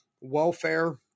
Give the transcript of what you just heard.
Welfare